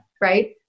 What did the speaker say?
Right